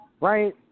right